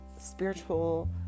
spiritual